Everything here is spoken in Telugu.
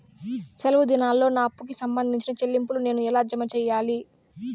సెలవు దినాల్లో నా అప్పుకి సంబంధించిన చెల్లింపులు నేను ఎలా జామ సెయ్యాలి?